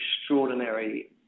extraordinary